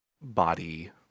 body